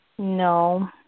No